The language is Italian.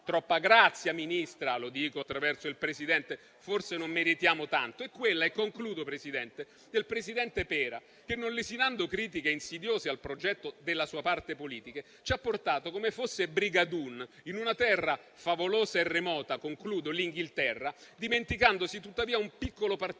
Troppa grazia, Ministra, e lo dico attraverso il Presidente. Forse non meritiamo tanto. E ricordo quella - concludo Presidente - del presidente Pera, che, non lesinando critiche insidiose al progetto della sua parte politica, ci ha portato, come fosse Brigadoon, in una terra favolosa e remota, l'Inghilterra, dimenticandosi, tuttavia, un piccolo particolare,